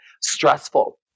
stressful